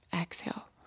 Exhale